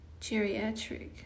geriatric